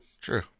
True